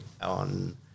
on